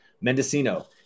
mendocino